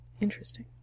interesting